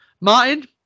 Martin